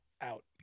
out